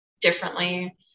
differently